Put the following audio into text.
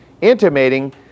intimating